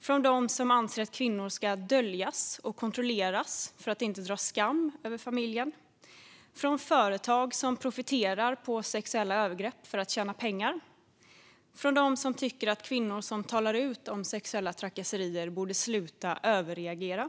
Jag talar om hoten från dem som anser att kvinnor ska döljas och kontrolleras för att inte dra skam över släkten. Jag talar om hoten från de företag som profiterar på sexuella övergrepp för att tjäna pengar. Jag talar om hoten från dem som tycker att kvinnor som talar ut om sexuella trakasserier borde sluta överreagera.